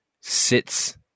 sits